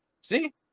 See